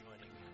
joining